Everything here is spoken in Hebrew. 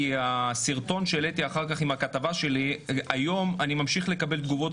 כי על הסרטון שהעליתי אחר כך עם הכתבה שלי אני ממשיך לקבל היום תגובות,